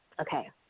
Okay